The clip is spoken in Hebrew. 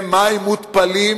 הוא מים מותפלים,